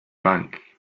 bank